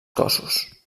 cossos